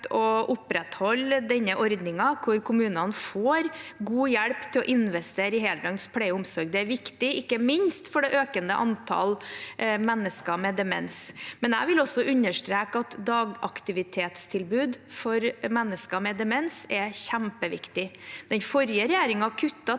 å opprettholde denne ordningen, hvor kommunene får god hjelp til å investere i heldøgns pleie og omsorg. Det er viktig, ikke minst for det økende antallet mennesker med demens. Jeg vil også understreke at dagaktivitetstilbud for mennesker med demens er kjempeviktig. Den forrige regjeringen kuttet